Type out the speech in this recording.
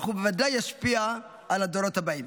אך הוא בוודאי ישפיע על הדורות הבאים.